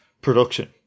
production